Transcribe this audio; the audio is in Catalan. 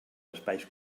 espais